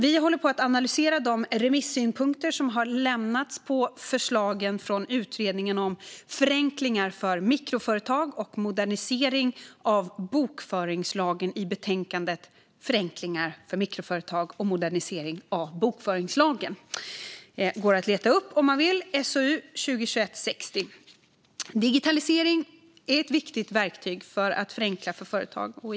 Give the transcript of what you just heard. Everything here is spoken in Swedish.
Vi håller på att analysera de remissynpunkter som har lämnats på förslagen från utredningen om förenklingar för mikroföretag och modernisering av bokföringslagen i betänkandet Förenklingar för mikroföretag och modernisering av bokföringslagen . Den går att leta upp om man vill. Digitalisering är ett viktigt verktyg för att förenkla för företag.